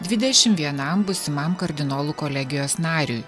dvidešimt vienam būsimam kardinolų kolegijos nariui